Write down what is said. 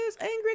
angry